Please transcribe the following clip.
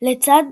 לצד